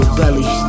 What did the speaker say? belly